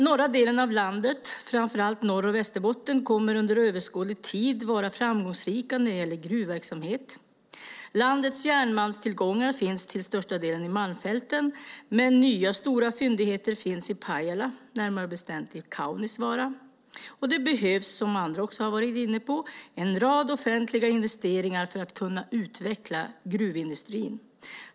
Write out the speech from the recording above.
Norra delen av landet, framför allt Norrbotten och Västerbotten, kommer under överskådlig tid att vara framgångsrik när det gäller gruvverksamhet. Landets järnmalmstillgångar finns till största delen i Malmfälten, men nya, stora fyndigheter finns också i Pajala, närmare bestämt i Kaunisvaara, och det behövs en rad offentliga investeringar för att kunna utveckla gruvindustrin.